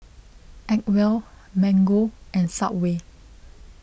Acwell Mango and Subway